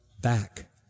back